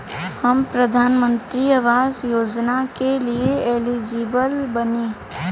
हम प्रधानमंत्री आवास योजना के लिए एलिजिबल बनी?